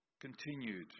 continued